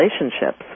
relationships